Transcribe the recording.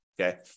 okay